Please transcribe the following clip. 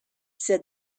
said